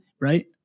Right